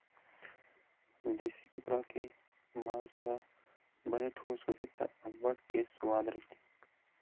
देसी कुकरा के मांस ह बने ठोस होथे त अब्बड़ के सुवाद रहिथे